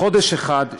בחודש אחד,